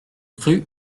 crut